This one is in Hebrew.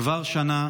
/ כבר שנה,